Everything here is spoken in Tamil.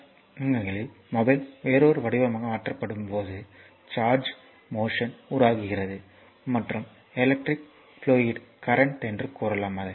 நகரங்களில் மொபைல் வேறொரு வடிவமாக மாற்றப்படும்போது சார்ஜ் மோஷன் உருவாகிறது மற்றும் எலக்ட்ரிக் ப்ளூயிட் கரண்ட் என்று கூறலாம்